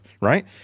right